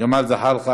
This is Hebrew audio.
ג'מאל זחאלקה,